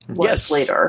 Yes